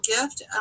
gift